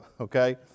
okay